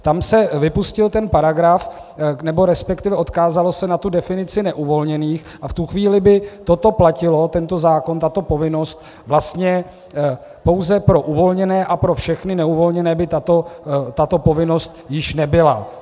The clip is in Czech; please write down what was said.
Tam se vypustil ten paragraf, nebo respektive odkázalo se na tu definici neuvolněných, a v tu chvíli by toto platilo, tento zákon, tato povinnost, vlastně pouze pro uvolněné a pro všechny neuvolněné by tato povinnost již nebyla.